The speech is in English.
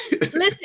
Listen